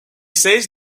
says